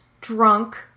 drunk